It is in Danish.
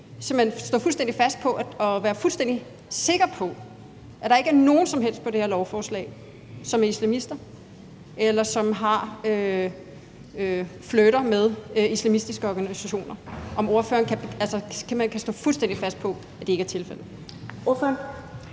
om ordføreren kan være fuldstændig sikker på, at der ikke er nogen som helst på det her lovforslag, som er ekstremister, eller som flirter med islamistiske organisationer. Kan ordføreren være fuldstændig sikker på, at det ikke er tilfældet?